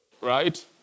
right